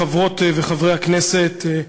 חברות וחברי הכנסת,